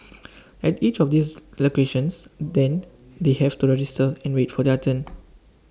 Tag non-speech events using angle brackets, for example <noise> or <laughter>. <noise> at each of these locations then they have to register and wait for their turn <noise>